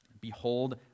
Behold